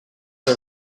her